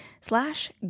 slash